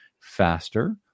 faster